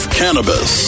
cannabis